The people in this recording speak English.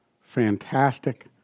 fantastic